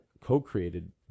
co-created